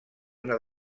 una